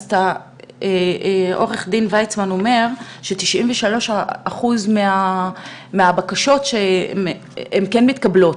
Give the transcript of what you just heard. אז עו"ד ויצמן אומר ש-93 אחוזים מהבקשות כן מתקבלות,